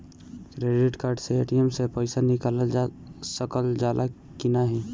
Credit card से ATM से पइसा निकाल सकल जाला की नाहीं?